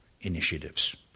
initiatives